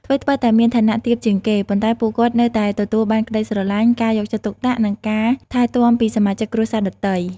ថ្វីត្បិតតែមានឋានៈទាបជាងគេ ប៉ុន្តែពួកគាត់នៅតែទទួលបានក្តីស្រលាញ់ ការយកចិត្តទុកដាក់ និងការថែទាំពីសមាជិកគ្រួសារដទៃ។